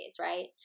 right